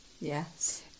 Yes